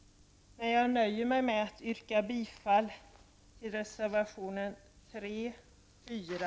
Men jag nöjer mig med att yrka bifall till reservationerna